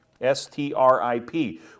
S-T-R-I-P